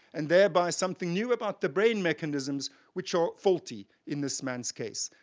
and thereby something new about the brain mechanisms which are faulty in this man's case.